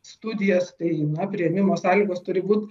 studijas tai na priėmimo sąlygos turi būt